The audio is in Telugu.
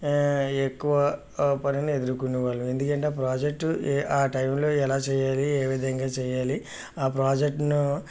ఎక్కువ పనిని ఎదుర్కొనే వాళ్ళు ఎందుకంటే ఆ ప్రాజెక్టు ఏ ఆ టైంలో ఎలా చేయాలి ఏ విధంగా చేయాలి ఆ ప్రాజెక్టును